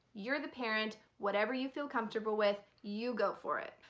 you're the parent. whatever you feel comfortable with, you go for it.